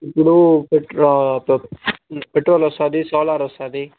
ఇప్పుడు పెట్రోల్ ఈ పెట్రోల్ వస్తుంది సోలార్ వస్తుంది